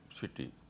city